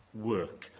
work.